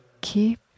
keep